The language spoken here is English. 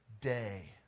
day